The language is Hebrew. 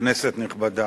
כנסת נכבדה,